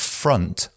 front